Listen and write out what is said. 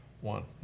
one